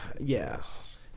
Yes